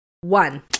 one